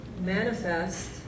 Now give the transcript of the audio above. manifest